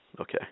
okay